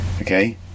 Okay